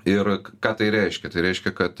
ir ką tai reiškia tai reiškia kad